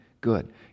Good